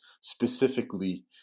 specifically